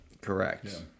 Correct